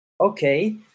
Okay